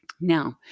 Now